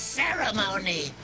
ceremony